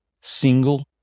Single